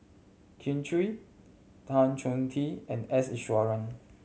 Kin Chui Tan Choh Tee and S Iswaran